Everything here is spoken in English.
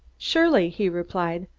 surely, he replied.